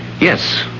Yes